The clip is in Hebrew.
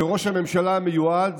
וראש הממשלה המיועד,